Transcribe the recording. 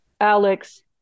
Alex